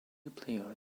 player